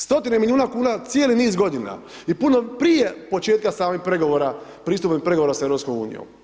Stotine milijuna kuna cijeli niz godina i puno prije početka samih pregovora, pristupnih pregovora s EU.